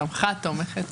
תמכה ותומכת.